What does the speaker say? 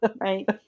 Right